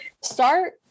start